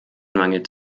mangelt